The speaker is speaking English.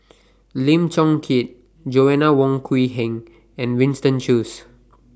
Lim Chong Keat Joanna Wong Quee Heng and Winston Choos